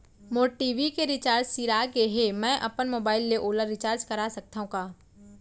मोर TV के recharge सिरा गे हे, मैं अपन मोबाइल ले ओला रिचार्ज करा सकथव का?